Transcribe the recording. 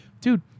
dude